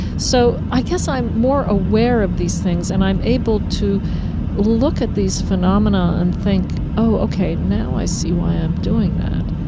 so i guess i'm more aware of these things and i'm able to look at these phenomena and think, oh, ok, now i see why i'm doing that,